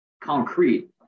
concrete